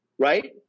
right